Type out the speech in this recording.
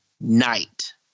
night